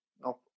no